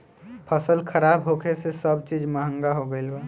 फसल खराब होखे से सब चीज महंगा हो गईल बा